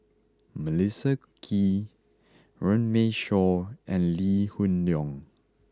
Melissa Kwee Runme Shaw and Lee Hoon Leong